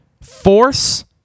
force